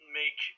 make